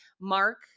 Mark